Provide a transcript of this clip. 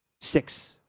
six